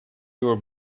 your